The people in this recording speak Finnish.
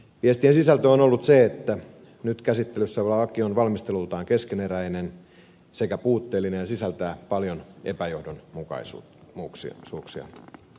viestien sisältö on ollut se että nyt käsittelyssä oleva laki on valmistelultaan keskeneräinen sekä puutteellinen ja sisältää paljon epäjohdonmukaisuuksia